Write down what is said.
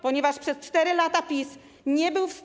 Ponieważ przez 4 lata PiS nie był w stanie.